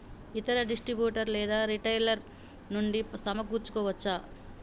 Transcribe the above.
ఇతర డిస్ట్రిబ్యూటర్ లేదా రిటైలర్ నుండి సమకూర్చుకోవచ్చా?